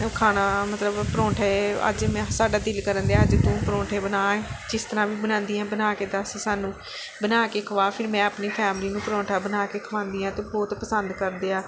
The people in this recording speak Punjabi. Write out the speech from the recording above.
ਖਾਣਾ ਮਤਲਬ ਪਰੌਂਠੇ ਅੱਜ ਮੈਂ ਸਾਡਾ ਦਿਲ ਕਰ ਰਿਹਾ ਅੱਜ ਤੂੰ ਪਰੌਂਠੇ ਬਣਾ ਜਿਸ ਤਰ੍ਹਾਂ ਵੀ ਬਣਾਉਂਦੀ ਹੈ ਬਣਾ ਕੇ ਦੱਸ ਸਾਨੂੰ ਬਣਾ ਕੇ ਖਵਾ ਫਿਰ ਮੈਂ ਆਪਣੀ ਫੈਮਿਲੀ ਨੂੰ ਪਰੌਂਠਾ ਬਣਾ ਕੇ ਖਵਾਉਂਦੀ ਹਾਂ ਅਤੇ ਬਹੁਤ ਪਸੰਦ ਕਰਦੇ ਆ